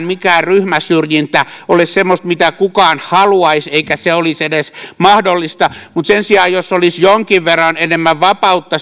mikään ryhmäsyrjintä ole semmoista mitä euroopassa missään kukaan haluaisi eikä se olisi edes mahdollista mutta sen sijaan voisi olla jonkin verran enemmän vapautta